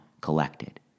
collected